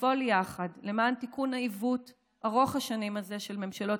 לפעול יחד למען תיקון העיוות ארוך השנים הזה של ממשלות